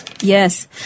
Yes